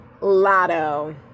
Lotto